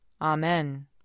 Amen